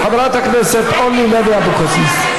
של חברת הכנסת אורלי לוי אבקסיס.